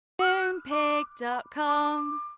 Moonpig.com